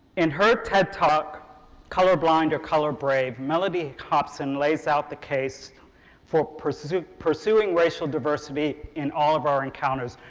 in her ted talk color blind or color brave? mellody hobson lays out the case for pursuing pursuing racial diversity in all of our encounters,